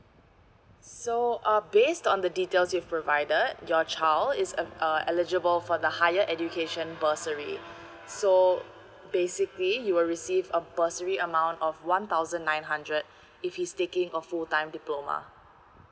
so uh based on the details you've provided your child is um uh eligible for the higher education bursary so basically he will receive a bursary amount of one thousand nine hundred if he's taking a full time diploma